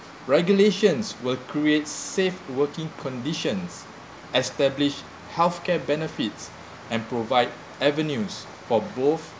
regulations will create safe working conditions establish healthcare benefits and provide avenues for both